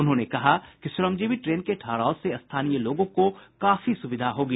उन्होंने कहा कि श्रमजीवी ट्रेन के ठहराव से स्थानीय लोगों को काफी स्विधा होगी